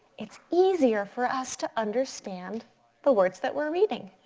it's easier for us to understand the words that we're reading.